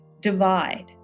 divide